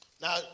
Now